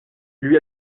lui